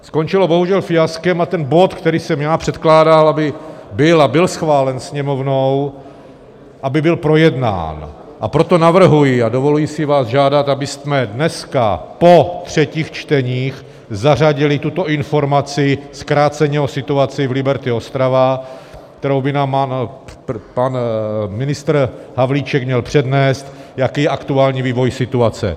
Skončilo bohužel fiaskem a ten bod, který jsem já předkládal, aby byl schválen Sněmovnou, aby byl projednán, a proto navrhuji a dovoluji si vás žádat, abychom dnes po třetích čteních, zařadili tuto informaci, zkráceně o situaci v Liberty Ostrava, kterou by nám pan ministr Havlíček měl přednést, jaký je aktuální vývoj situace.